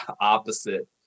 opposite